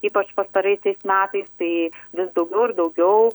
ypač pastaraisiais metais tai vis daugiau ir daugiau